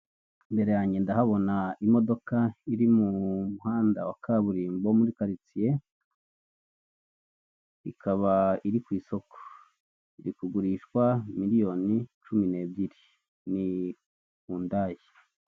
Imbere yange ndahabona imodoka iri mumuhanda wa kaburimbo muri karitsiye, ikaba iri ku isoko. Iri kugurishwa miliyoni cumi n'ebyiri ni Yundayi.